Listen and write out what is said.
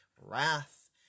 wrath